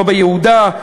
לא ביהודה,